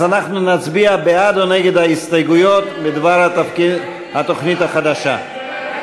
אז אנחנו נצביע בעד ונגד ההסתייגויות בדבר התוכנית החדשה.